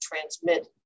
transmit